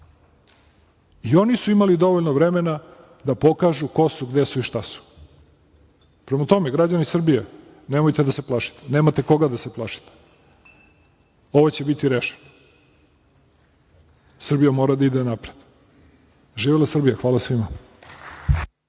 I oni su imali dovoljno vremena da pokažu ko su, gde su i šta su. Prema tome, građani Srbije nemojte da se plašite, nemate koga da se plašite. Ovo će biti rešeno. Srbija mora da ide napred. Živela Srbija. Hvala svima.